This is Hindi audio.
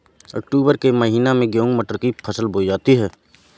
अक्टूबर के महीना में गेहूँ मटर की फसल बोई जाती है